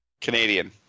Canadian